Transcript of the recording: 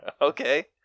Okay